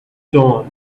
dawn